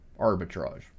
arbitrage